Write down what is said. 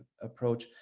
approach